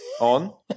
On